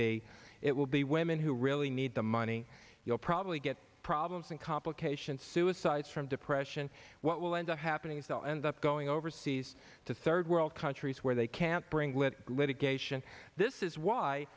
be it will be women who really need the money you'll probably get problems and complications suicides from depression what will end up happening is that all ends up going overseas to third world countries where they can't bring with litigation this is why